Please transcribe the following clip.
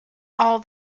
all